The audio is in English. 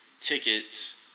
tickets